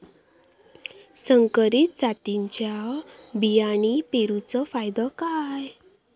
संकरित जातींच्यो बियाणी पेरूचो फायदो काय?